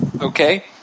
okay